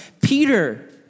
Peter